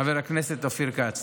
חבר הכנסת אופיר כץ.